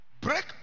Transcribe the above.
Break